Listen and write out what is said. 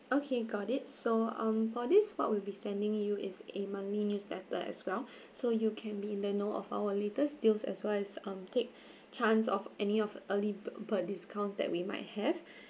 okay got it so um for this what we'll be sending you is a monthly newsletter as well so you can be in the know of our latest deals as well as um take chance of any of early bird bird discounts that we might have